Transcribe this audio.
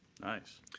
Nice